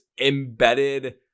embedded